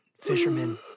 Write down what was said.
fishermen